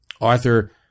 Arthur